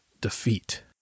defeat